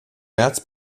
märz